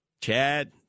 Chad